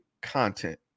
content